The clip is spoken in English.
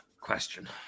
question